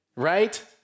right